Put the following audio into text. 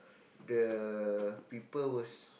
the people was